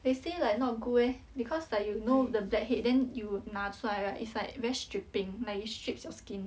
they say like not good eh because like you know the black head then you 拿出来 right it's like very stripping like strips your skin